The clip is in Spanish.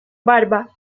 barba